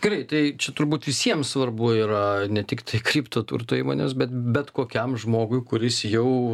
gerai tai čia turbūt visiems svarbu yra ne tik tai kripto turto įmonėms bet bet kokiam žmogui kuris jau